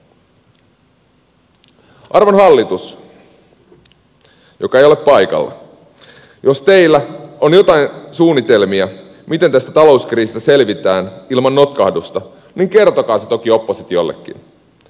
arvon hallitus joka ei ole paikalla jos teillä on jotain suunnitelmia miten tästä talouskriisistä selvitään ilman notkahdusta niin kertokaa se toki oppositiollekin